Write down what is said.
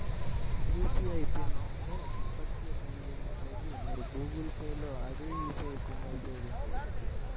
UPI pin ను ఇప్పటికే కలిగి ఉన్నట్లయితే, మీరు గూగుల్ పే లో అదే యూ.పీ.ఐ పిన్ను ఉపయోగించవచ్చు